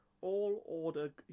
all-order